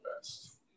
best